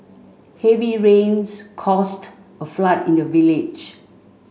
heavy rains caused a flood in the village